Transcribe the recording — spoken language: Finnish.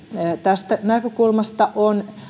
tästä näkökulmasta on